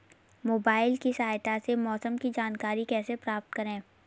Mobile की सहायता से मौसम की जानकारी कैसे प्राप्त करें?